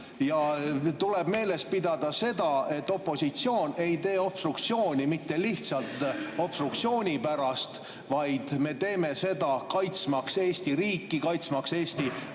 Tuleb meeles pidada seda, et opositsioon ei tee obstruktsiooni mitte lihtsalt obstruktsiooni pärast, vaid me teeme seda, kaitsmaks Eesti riiki, kaitsmaks Eesti